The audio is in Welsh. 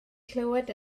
clywed